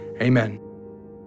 Amen